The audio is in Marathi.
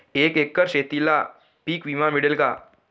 एका एकर शेतीला पीक विमा मिळेल का?